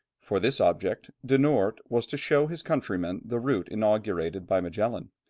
for this object, de noort was to show his countrymen the route inaugurated by magellan,